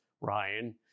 ryan